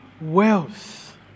wealth